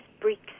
bricks